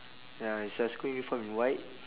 ya is your school uniform in white